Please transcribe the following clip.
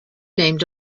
named